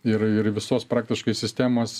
ir ir visos praktiškai sistemos